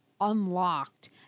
unlocked